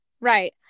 Right